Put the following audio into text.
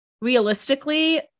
realistically